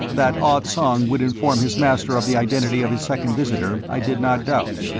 that ah tsong would inform his master of the identity of his second visitor i did not doubt.